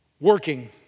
working